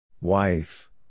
Wife